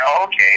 okay